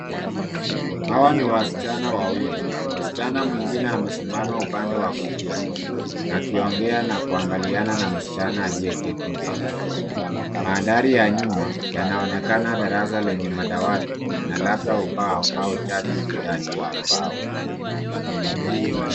Hawa ni wasichana wawili. Msichana mwingine amesimama upande wa kulia, akiongea na kuangaliana na musichana aliye keti mbele. Mandhari ya nyuma yanaonekana darasa lenye madawati na labda ubao au chati ukutani